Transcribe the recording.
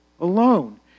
alone